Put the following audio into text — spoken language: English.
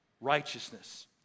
righteousness